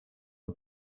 are